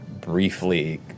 briefly